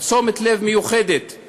תשומת לב מיוחדת,